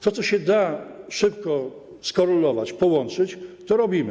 To, co się da szybko skorelować, połączyć, to robimy.